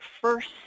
first